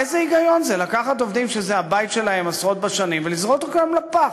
איזה היגיון זה לקחת עובדים שזה הבית שלהם עשרות בשנים ולזרוק אותם לפח?